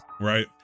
Right